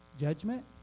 judgment